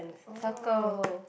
oh